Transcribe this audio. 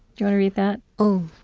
you want to read that? ok.